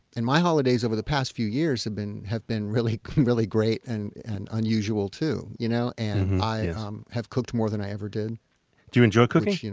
and my holidays over the past few years have been have been really really great and and unusual, too. you know and i um have cooked more than i ever did do you enjoy cooking?